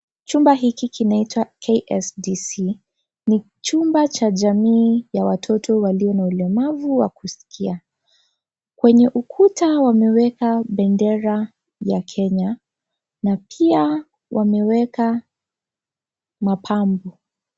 Chumba hiki kinaitwa KSDC ni chumba cha jamii ya watoto walio na ulemavu wa kusikia kwenye ukuta wameweka bendera ya Kenya na pia wameweka mapambo.